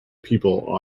people